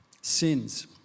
sins